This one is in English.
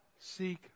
seek